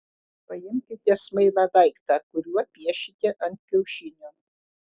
paimkite smailą daiktą kuriuo piešite ant kiaušinio